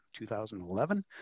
2011